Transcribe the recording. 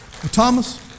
Thomas